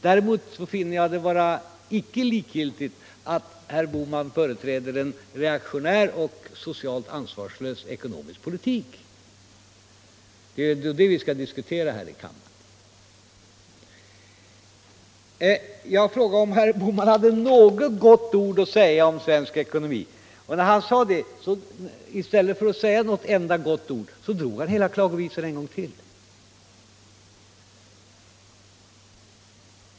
Däremot finner jag det icke vara likgiltigt att herr Bohman här företräder en reaktionär och socialt ansvarslös politik. Det är det vi skall diskutera här i kammaren. Jag frågade om herr Bohman hade något gott ord att säga om svensk ekonomi. Men i stället för att säga ett enda gott ord drog han hela klagovisan en gång till.